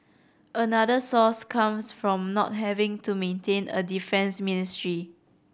another source comes from not having to maintain a defence ministry